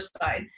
side